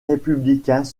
républicains